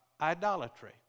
idolatry